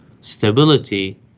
stability